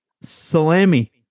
salami